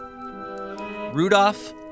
Rudolph